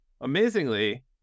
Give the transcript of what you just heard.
amazingly